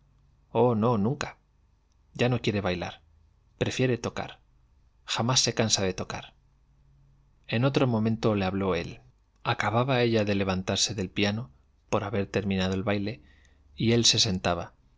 oh no nunca ya no quiere bailar prefiere tocar jamás se cansa de tocar en otro momento le habló él acababa ella de levantarse del piano por haber terminado el baile y él se sentaba